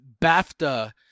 BAFTA